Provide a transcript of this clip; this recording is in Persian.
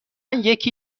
یکی